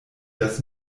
das